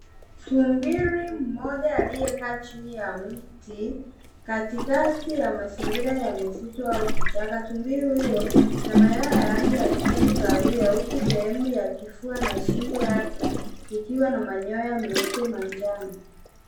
Tumbili mmoja aliyekaa chini ya mti katikati ya mazingira ya misitu au kichaka. Tumbili huyo ana manyoya ya rangi ya kijivu kahawia huku sehemu ya kifua na shingo yake ikiwa na manyoya meupe manjano.